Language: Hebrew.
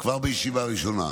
כבר בישיבה הראשונה,